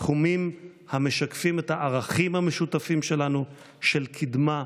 תחומים המשקפים את הערכים המשותפים שלנו, של קדמה,